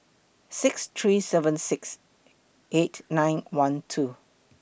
six three seven six eight nine one two